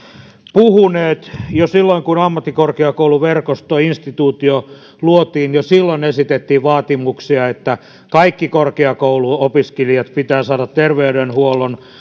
puhuneet jo silloin kun ammattikorkeakouluverkostoinstituutio luotiin esitettiin vaatimuksia että kaikki korkeakouluopiskelijat pitää saada terveydenhuollon